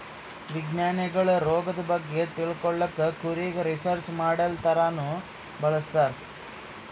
ವಿಜ್ಞಾನಿಗೊಳ್ ರೋಗದ್ ಬಗ್ಗೆ ತಿಳ್ಕೊಳಕ್ಕ್ ಕುರಿಗ್ ರಿಸರ್ಚ್ ಮಾಡಲ್ ಥರಾನೂ ಬಳಸ್ತಾರ್